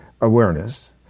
awareness